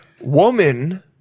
woman